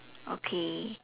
okay